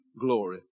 glory